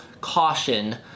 caution